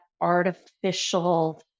artificial